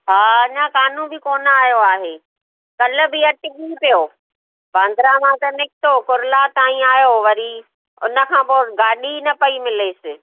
हा अञा कानू बि कोन आयो आहे कल्ह बि अटकी पियो बांद्रा मां त निकितो कुरला ताईं आयो वरी उन खां पोइ गाॾी न पई मिलेसि